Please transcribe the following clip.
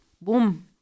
boom